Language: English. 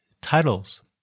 titles